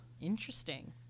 Interesting